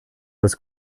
was